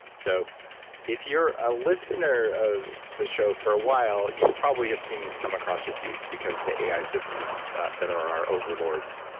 so if you're a listener of the show for a while, you probably have seen these come across your feeds because the ai systems that are our overlords,